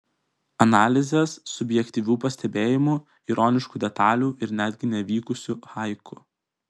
analizės subjektyvių pastebėjimų ironiškų detalių ir netgi nevykusių haiku